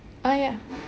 ah yeah